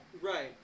Right